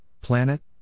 planet